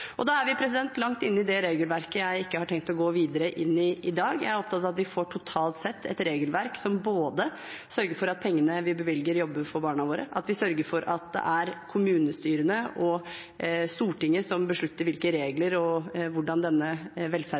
Da er vi langt inne i det regelverket jeg ikke har tenkt å gå videre inn i i dag. Jeg er opptatt av at vi totalt sett får et regelverk som sørger for at pengene vi bevilger, jobber for barna våre, at vi sørger for at det er kommunestyrene og Stortinget som beslutter reglene og hvordan denne velferden